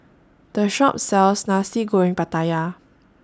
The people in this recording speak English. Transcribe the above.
This Shop sells Nasi Goreng Pattaya